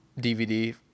DVD